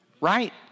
Right